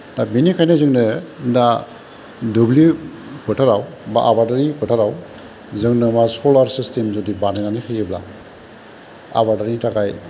दा बेनिखायनो जोंनो दा दुब्लि फोथाराव बा आबादनि फोथाराव जोंनो मा सलार सिस्तेम जुदि बानायनानै होयोब्ला आबादारिनि थाखाय